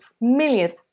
millions